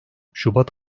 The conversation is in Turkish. şubat